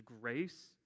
grace